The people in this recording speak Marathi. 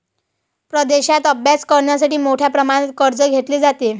परदेशात अभ्यास करण्यासाठी मोठ्या प्रमाणात कर्ज घेतले जाते